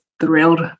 thrilled